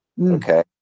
okay